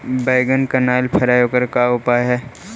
बैगन कनाइल फर है ओकर का उपाय है?